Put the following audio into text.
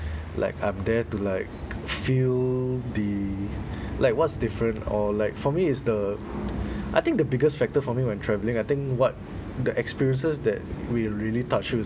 like I'm there to like feel the like what's different or like for me is the I think the biggest factor for me when traveling I think what the experiences that will really touch